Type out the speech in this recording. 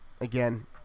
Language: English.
again